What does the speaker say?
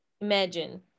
imagine